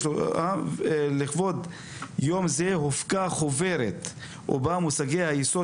לכבוד יום זה הופקה חוברת ובה מושגי היסוד